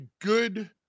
good